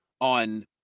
on